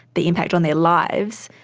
the impact on their lives,